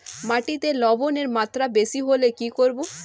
মাটিতে লবণের মাত্রা বেশি হলে কি করব?